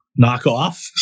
knockoff